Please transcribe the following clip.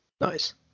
Nice